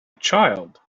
child